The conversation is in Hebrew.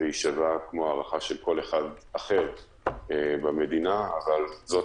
והיא שווה כמו הערכה של כל אחד אחר במדינה אבל זאת